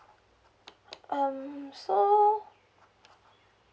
um so